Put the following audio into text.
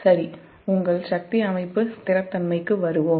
சரி உங்கள் சக்தி அமைப்பு நிலைத்தன்மைக்கு வருவோம்